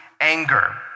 anger